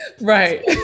Right